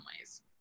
ways